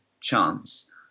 chance